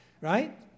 Right